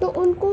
تو ان کو